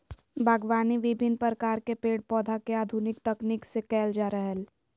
बागवानी विविन्न प्रकार के पेड़ पौधा के आधुनिक तकनीक से कैल जा रहलै